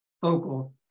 focal